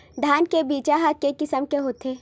धान के बीजा ह के किसम के होथे?